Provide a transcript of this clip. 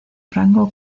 rango